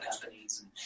companies